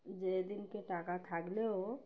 যেদিন টাকা থাকলেও